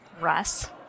Russ